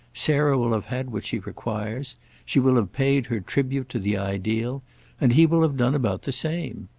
sarah will have had what she requires she will have paid her tribute to the ideal and he will have done about the same.